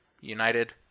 United